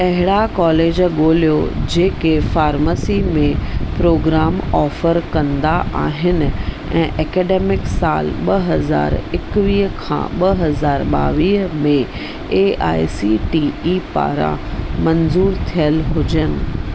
अहिड़ा कॉलेज ॻोल्हियो JK pharmacy में प्रोग्राम ऑफर कंदा आहिनि ऐं ऐकडेमिक सालु ॿ हज़ार एकवीह खां ॿ हज़ार ॿावीह में A I C T E पारां मंज़ूरु थियलु हुजनि